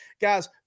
Guys